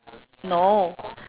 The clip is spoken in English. no